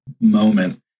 moment